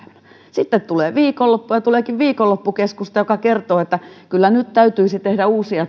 sitten tulee viikonloppu ja tuleekin viikonloppukeskusta joka kertoo että kyllä nyt täytyisi tehdä uusia